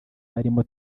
barimo